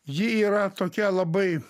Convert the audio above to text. ji yra tokia labai